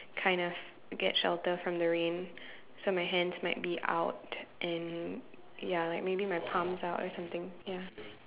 kind of get shelter from the rain so my hands might be out and ya like maybe my palms out or something ya